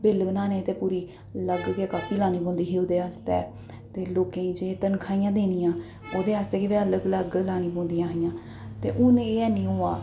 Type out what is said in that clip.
bill बनाने गी ते पूरी अलग गै कापी लानी पौंदी ही ओह्दे आस्तै ते लोकें गी जे तन्खाहियां देनियां ओह्दे आस्तै गै बी अलग अलग लानी पौंदियां हियां ते हून एह् हैन्नी होआ